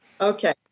Okay